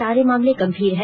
सारे मामले गंभीर हैं